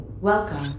Welcome